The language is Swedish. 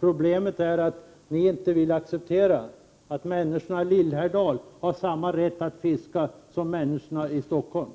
Problemet är att ni inte vill acceptera att människorna i Lillhärdal har samma rätt att fiska som människorna i Stockholm